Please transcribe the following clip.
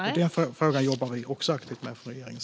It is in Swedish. Denna fråga jobbar vi också aktivt med i regeringen.